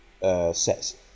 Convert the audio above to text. sets